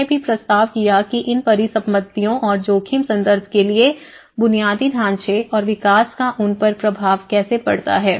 यह भी प्रस्ताव किया कि इन परिसंपत्तियों और जोखिम संदर्भ के लिए बुनियादी ढांचे और विकास का उन पर प्रभाव कैसे पड़ता है